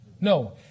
No